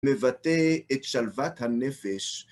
מבטא את שלוות הנפש.